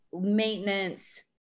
maintenance